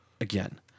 again